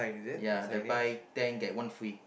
ya the buy ten get one free